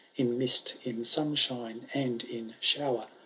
in mist, in sunshine, and in shower,